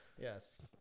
Yes